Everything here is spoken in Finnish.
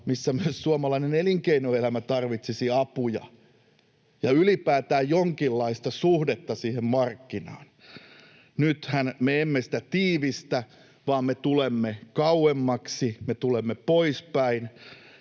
missä myös suomalainen elinkeinoelämä tarvitsisi apuja ja ylipäätään jonkinlaista suhdetta siihen markkinaan. Nythän me emme sitä tiivistä vaan me tulemme kauemmaksi, me tulemme poispäin.